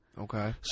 Okay